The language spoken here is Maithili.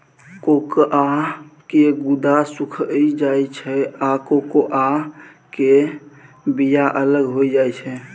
कोकोआ के गुद्दा सुइख जाइ छइ आ कोकोआ के बिया अलग हो जाइ छइ